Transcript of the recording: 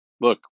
look